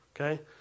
Okay